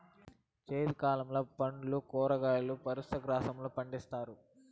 జైద్ కాలంలో పండ్లు, కూరగాయలు, పశు గ్రాసంను పండిత్తారు